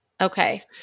Okay